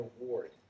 reward